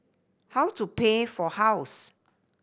how to pay for house